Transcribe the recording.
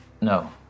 No